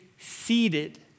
seated